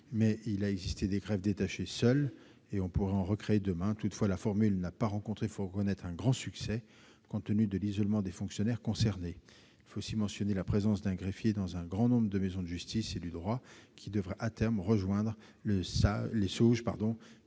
mais il a existé des greffes détachés seuls et on pourrait en recréer demain. Toutefois, la formule n'a pas rencontré, il faut le reconnaître, un grand succès compte tenu de l'isolement des fonctionnaires concernés. Il faut aussi mentionner la présence d'un greffier dans un grand nombre de maisons de justice et du droit, qui devraient, à terme, rejoindre les SAUJ, les services